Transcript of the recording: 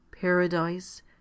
Paradise